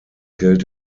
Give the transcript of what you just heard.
geld